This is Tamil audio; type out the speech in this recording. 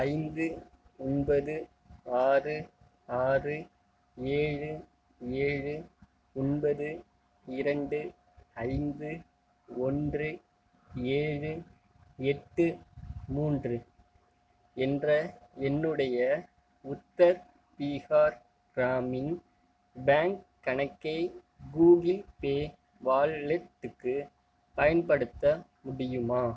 ஐந்து ஒன்பது ஆறு ஆறு ஏழு ஏழு ஒன்பது இரண்டு ஐந்து ஒன்று ஏழு எட்டு மூன்று என்ற என்னுடைய உத்தர் பீகார் க்ராமின் பேங்க் கணக்கை கூகிள் பே வாலெட்டுக்கு பயன்படுத்த முடியுமா